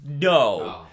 no